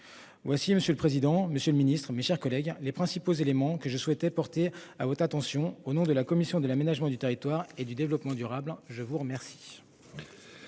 Moi, si monsieur le président, Monsieur le Ministre, mes chers collègues. Les principaux éléments que je souhaitais porter à haute attention au nom de la commission de l'aménagement du territoire et du développement durable. Je vous remercie.